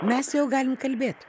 mes jau galim kalbėt